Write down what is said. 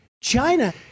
China